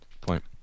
point